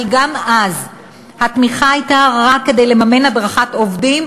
אבל גם אז התמיכה הייתה רק כדי לממן הדרכת עובדים,